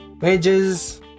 wages